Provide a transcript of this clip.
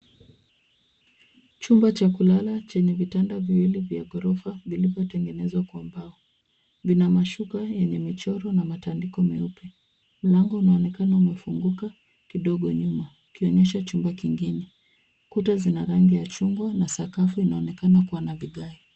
Chumba cha kulala chenye vitanda viwili vya ghorofa vilivyotengenezwa kwa mbao. Vina mashuka yenye michoro na matandiko meupe. Mlango unaonekana umefunguka kidogo nyuma ukionyesha chumba kingine. Kuta zina rangi ya chungwa na sakafu inaonekana kuwa na vigae.